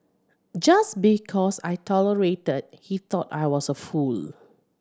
just because I tolerated he thought I was a fool